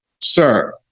Sir